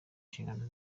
inshingano